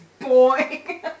boy